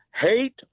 hate